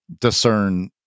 Discern